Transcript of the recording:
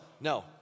no